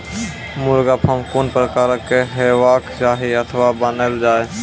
मुर्गा फार्म कून प्रकारक हेवाक चाही अथवा बनेल जाये?